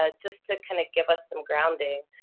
ah just to kind of give us some grounding,